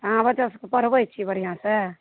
अहाँ बच्चा सबकेँ पढ़बै छियै बढ़िआँ से